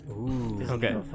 Okay